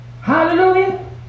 Hallelujah